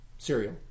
Cereal